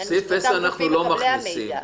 מידע מגופי הביטחון.